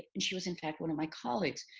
and she was in fact one of my colleagues.